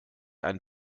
ein